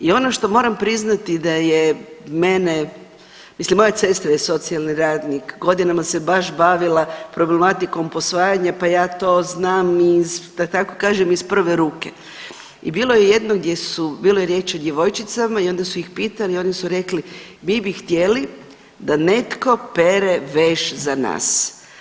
I ono što moram priznati da je mene, mislim moja sestra je socijalni radnik, godinama se baš bavila problematikom posvajanja pa ja to znam iz da tako kažem, iz prve ruke, i bilo je jedno gdje su, bilo je riječ o djevojčicama i onda su ih pitali, oni su rekli, mi bi htjeli da netko pere veš za nas.